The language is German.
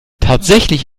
tatsächlich